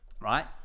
Right